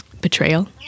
Betrayal